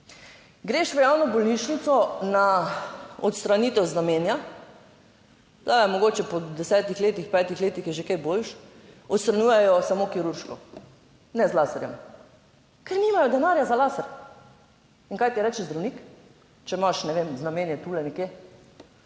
Greš v javno bolnišnico na odstranitev znamenja, da je mogoče po desetih letih, petih letih, je že kaj boljše, odstranjujejo samo kirurško, ne z laserjem, ker nimajo denarja za laser. In kaj ti reče zdravnik, če imaš, ne vem, v namene tule nekje